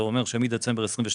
זה אומר שמדצמבר 2022,